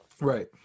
Right